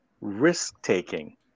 risk-taking